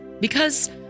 Because